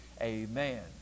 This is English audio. amen